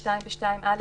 (2) ו-2(א),